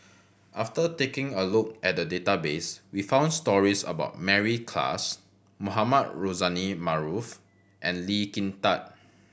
after taking a look at the database we found stories about Mary Klass Mohamed Rozani Maarof and Lee Kin Tat